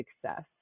success